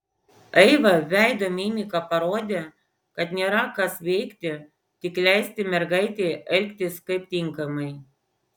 eiva veido mimika parodė kad nėra kas veikti tik leisti mergaitei elgtis kaip tinkamai